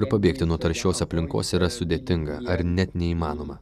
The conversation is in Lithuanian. ir pabėgti nuo taršios aplinkos yra sudėtinga ar net neįmanoma